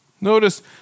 Notice